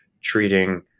treating